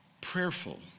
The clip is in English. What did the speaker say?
prayerful